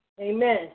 amen